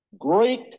great